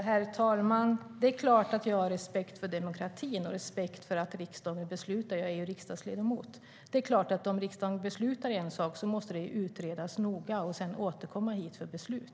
Herr talman! Det är klart att jag har respekt för demokratin och respekt för att riksdagen beslutar - jag är ju riksdagsledamot. Det är klart att om riksdagen beslutar en sak måste frågan noga utredas och sedan återkomma hit för beslut.